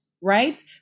Right